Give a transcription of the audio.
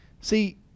See